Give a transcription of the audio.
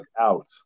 out